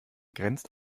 grenzt